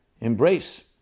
embrace